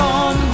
on